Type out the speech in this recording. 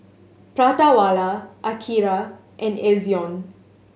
Prata Wala Akira and Ezion